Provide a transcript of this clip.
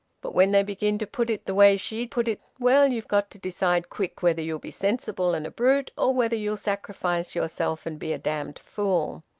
but when they begin to put it the way she put it well, you've got to decide quick whether you'll be sensible and a brute, or whether you'll sacrifice yourself and be a damned fool.